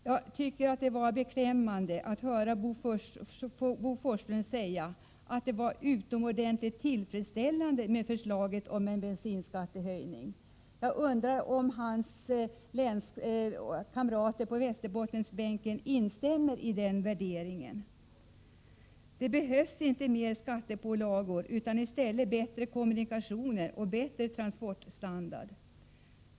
Jag tycker att det var beklämmande att höra Bo Forslund säga att det var utomordentligt tillfredsställande med förslaget om en bensinskattehöjning. Jag undrar om hans kamrater på Västerbottenbänken instämmer i den värderingen. Det behövs inte mer skattepålagor utan i stället bättre kommunikationer och bättre transportstandard.